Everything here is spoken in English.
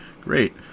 Great